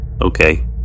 Okay